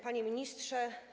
Panie Ministrze!